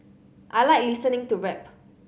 I like listening to rap